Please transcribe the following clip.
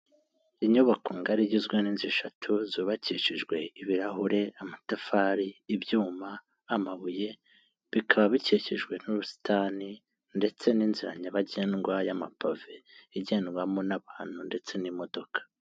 Inyubako ngari igizwe n'inzu eshatu, zubakishijwe ibirahure, amatafari, ibyuma, amabuye bikaba bikikijwe n'ubusitani, ndetse n'inzira nyabagendwa ya mabave, igendwamo n'abantu ndetse n'imodoka.